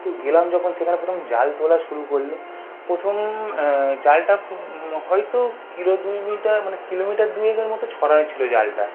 তো গেলাম যখন সেখানে প্রথম জাল তোলা শুরু করল প্রথম জালটা হয়তো কিলো দুই মিটার মানে কিলোমিটার দুয়েকের মতো ছড়ানো ছিলো জালটা